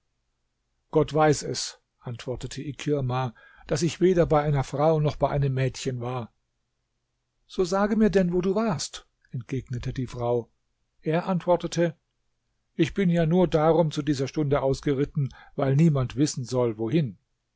gott weiß es antwortete ikirma daß ich weder bei einer frau noch bei einem mädchen war so sage mir denn wo du warst entgegnete die frau er antwortete ich bin ja nur darum zu dieser stunde ausgeritten weil niemand wissen soll wohin